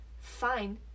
fine